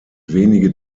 wenige